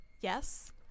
yes